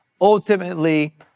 ultimately